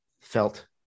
felt